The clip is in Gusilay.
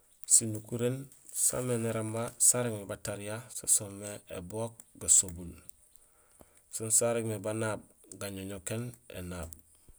Sinukuréén saamé néramba sa régmé batariya so soomé: ébook, gasobul; sén sa régmé banaab: gañoñokéén énaab.